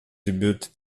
debut